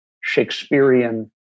Shakespearean